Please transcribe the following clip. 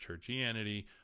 churchianity